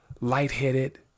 lightheaded